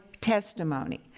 testimony